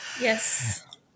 Yes